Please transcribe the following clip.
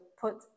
put